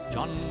John